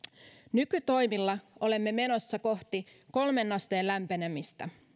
nykytoimilla olemme menossa kohti kolmeen asteen lämpenemistä